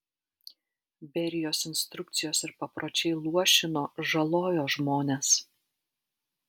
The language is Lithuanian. berijos instrukcijos ir papročiai luošino žalojo žmones